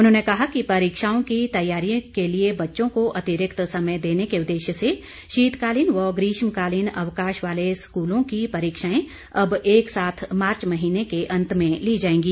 उन्होंने कहा कि परीक्षाओं की तैयारी के लिए बच्चों को अतिरिक्त समय देने के उदेश्य से शीतकालीन व ग्रीष्मकालीन अवकाश वाले स्कूलों की परीक्षाएं अब एक साथ मार्च महीने के अंत में ली जाएंगी